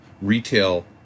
retail